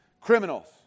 criminals